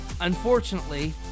unfortunately